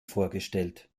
vorgestellt